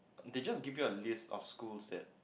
they just give you a list of schools that